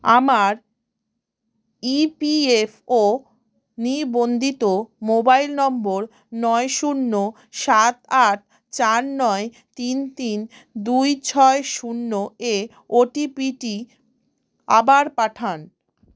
আমার ইপিএফও নিবন্ধিত মোবাইল নম্বর নয় শূন্য সাত আট চার নয় তিন তিন দুই ছয় শূন্য এ ওটিপিটি আবার পাঠান